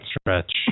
Stretch